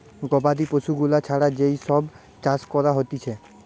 গবাদি পশু গুলা ছাড়া যেই সব চাষ করা হতিছে